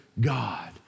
God